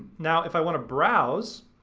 now if i wanna browse,